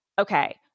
okay